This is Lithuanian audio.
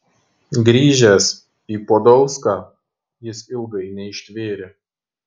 grįžęs į podolską jis ilgai neištvėrė